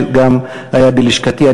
שגם היה בלשכתי.